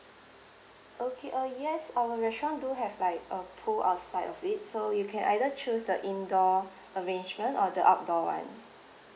okay uh yes our restaurant do have like a pool outside of it so you can either choose the indoor arrangement or the outdoor [one]